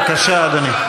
בבקשה, אדוני.